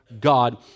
God